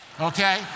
okay